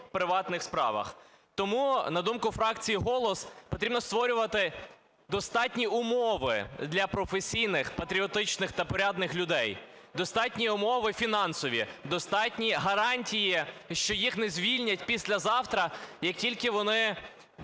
приватних справах. Тому, на думку фракції "Голос", потрібно створювати достатні умови для професійних патріотичних та порядних людей, достатні умови фінансові, достатні гарантії, що їх не звільнять післязавтра, як тільки вони